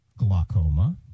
glaucoma